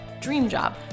DREAMJOB